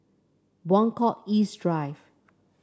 Buangkok East Drive